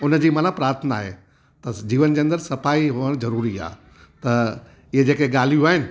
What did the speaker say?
उनजी माना प्रार्थना आहे जीवन जे अंदरि सफ़ाई हुअणु ज़रूरी आहे त इहे जेके ॻाल्हियूं आहिनि